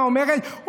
מה אומרת?